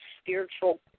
spiritual